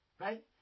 Right